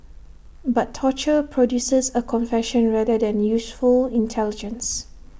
but torture produces A confession rather than useful intelligence